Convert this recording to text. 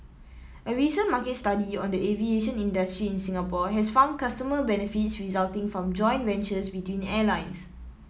a recent market study on the aviation industry in Singapore has found consumer benefits resulting from joint ventures between airlines